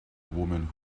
woman